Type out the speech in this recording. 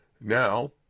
Now